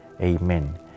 Amen